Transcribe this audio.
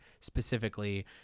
specifically